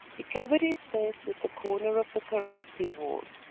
he covered his face with the corner of the kaross he wore,